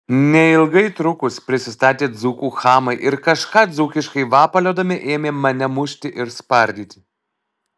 neilgai trukus prisistatė dzūkų chamai ir kažką dzūkiškai vapaliodami ėmė mane mušti ir spardyti